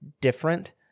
different